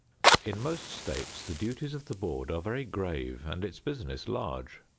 in most states the duties of the board are very grave and its business large.